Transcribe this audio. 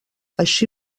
així